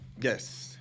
Yes